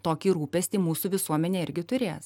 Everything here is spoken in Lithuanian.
tokį rūpestį mūsų visuomenė irgi turės